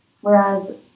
whereas